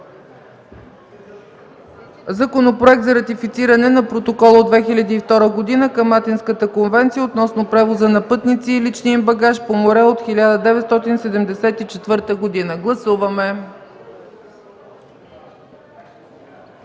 Законопроекта за ратифициране на Протокола от 2002 г. към Атинската конвенция относно превоза на пътници и личния им багаж по море от 1974 г. Гласували